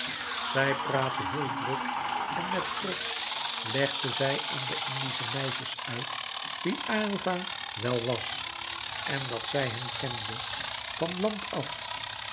zij praatte heel druk en met trots legde zij aan de indische meisjes uit wie aylva wel was en dat zij hem kende van kind af